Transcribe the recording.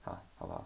ah 好不好